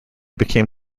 became